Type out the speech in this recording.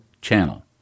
Channel